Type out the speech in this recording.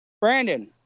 Brandon